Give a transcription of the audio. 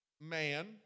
man